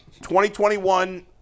2021